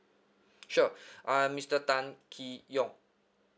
sure I'm mister tan kee yong